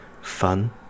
fun